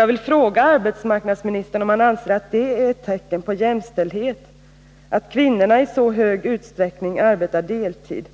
Jag vill fråga arbetsmarknadsministern om han anser att det är ett tecken på jämställdhet att kvinnorna i så stor utsträckning arbetar deltid